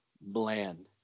bland